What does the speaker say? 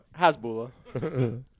Hasbula